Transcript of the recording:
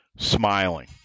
Smiling